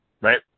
right